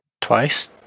Twice